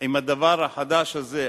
עם הדבר החדש הזה.